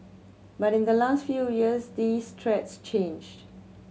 but in the last few years these threats changed